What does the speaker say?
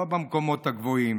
ולא במקומות הגבוהים.